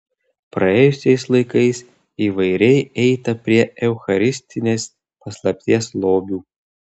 praėjusiais laikais įvairiai eita prie eucharistinės paslapties lobių